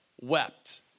wept